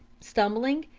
stumbling,